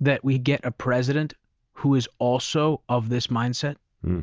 that we get a president who is also of this mindset